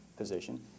position